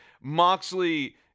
Moxley